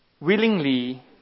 willingly